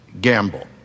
gamble